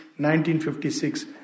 1956